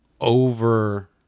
over